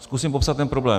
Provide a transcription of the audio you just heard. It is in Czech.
Zkusím popsat ten problém.